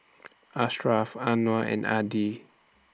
Ashraf Anuar and Adi